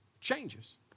changes